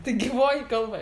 tai gyvoji kalba